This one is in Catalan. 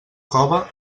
cove